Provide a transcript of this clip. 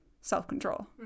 self-control